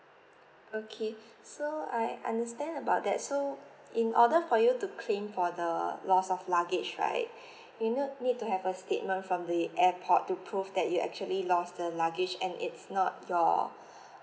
okay so I understand about that so in order for you to claim for the loss of luggage right you nu~ need to have a statement from the airport to prove that you actually lost the luggage and it's not your